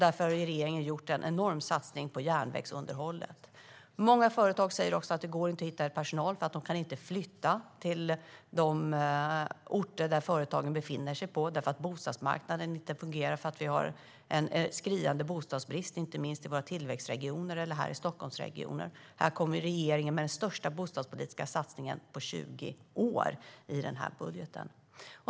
Därför har regeringen gjort en enorm satsning på järnvägsunderhållet. Många företag säger också att det inte går att hitta personal eftersom människor inte kan flytta till de orter där företagen befinner sig därför att bostadsmarknaden inte fungerar. Vi har nämligen en skriande bostadsbrist, inte minst i våra tillväxtregioner och här i Stockholmsregionen. Nu kommer regeringen med den största bostadspolitiska satsningen på 20 år i denna budget.